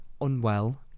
unwell